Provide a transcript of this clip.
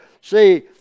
see